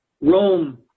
Rome